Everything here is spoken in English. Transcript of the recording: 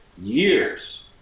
years